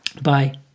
bye